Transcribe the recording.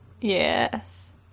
Yes